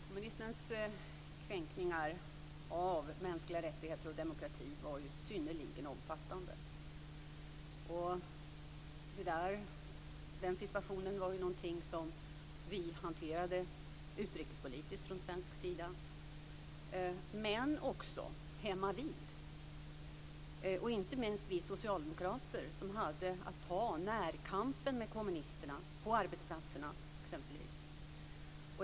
Fru talman! Kommunismens kränkningar av mänskliga rättigheter och demokrati var synnerligen omfattande. Den situationen var något som vi hanterade utrikespolitiskt från svensk sida men också hemmavid. Det gäller inte minst oss socialdemokrater, som hade att ta närkampen med kommunisterna på exempelvis arbetsplatserna.